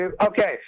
Okay